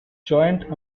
joint